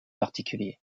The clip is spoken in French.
particulier